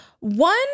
One